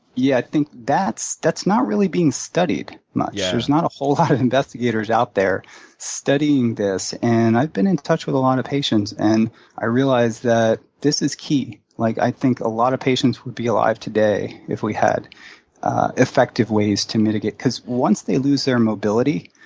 yeah, i think that's that's not really being studied much. yeah there's not a whole lot of investigators out there studying this. and i've been in touch with a lot of patients, and i realize that this is key. like i think a lot of patients would be alive today if we had effective ways to mitigate because once they lose their mobility,